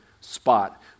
spot